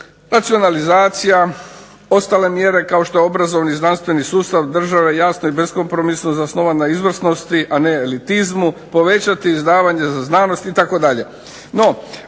nacionalizacija, ostale mjere kao što je obrazovni i znanstveni sustav, država je jasno i beskompromisno zasnovana na izvrsnosti, a ne elitizmu, povećati izdavanje za znanost itd.